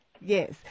Yes